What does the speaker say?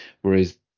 whereas